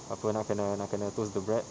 apa nak kena nak kena toast the bread